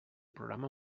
programa